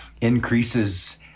increases